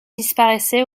disparaissait